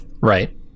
right